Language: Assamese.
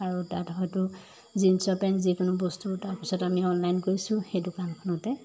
আৰু তাত হয়তো জিন্সৰ পেণ্ট যিকোনো বস্তু তাৰপিছত আমি অনলাইন কৰিছোঁ সেই দোকানখনতে